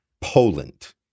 Poland